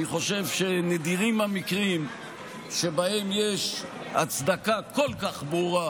אני חושב שנדירים המקרים שבהם יש הצדקה כל כך ברורה